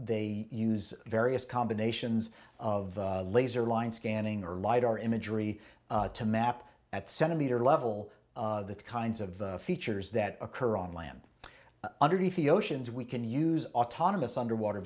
they use various combinations of laser line scanning or lidar imagery to map at centimeter level the kinds of features that occur on land underneath the oceans we can use autonomous underwater